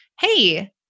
Hey